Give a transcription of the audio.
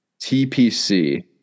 TPC